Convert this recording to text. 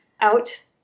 out